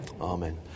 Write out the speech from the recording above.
Amen